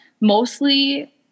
mostly